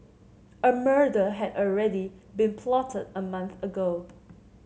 a murder had already been plotted a month ago